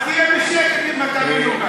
אז תהיה בשקט, אם אתה מנומס.